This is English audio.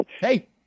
Hey